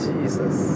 Jesus